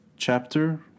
chapter